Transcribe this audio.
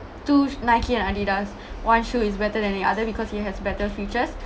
two nike and adidas one shoe is better than the other because it has better features